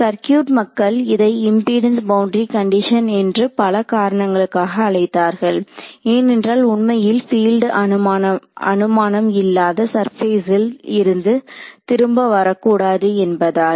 circuit மக்கள் இதை impedance boundary condition என்று பல காரணங்களுக்காக அழைத்தார்கள் ஏனென்றால் உண்மையில் பீல்டு அனுமானம் இல்லாத சர்பேஸில் இருந்து திரும்ப வரக்கூடாது என்பதால்